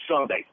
Sunday